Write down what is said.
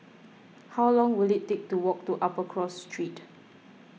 how long will it take to walk to Upper Cross Street